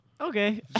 Okay